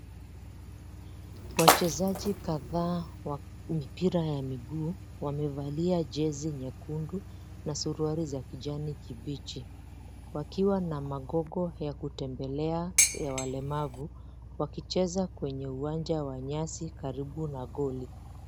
Wachezaji kadhaa wa mipira ya miguu wamevalia jezi nyekundu na suruali za kijani kibichi wakiwa na magogo ya kutembelea ya walemavu wakicheza kwenye uwanja wa nyasi karibu na goli.